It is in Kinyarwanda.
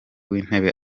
w’intebe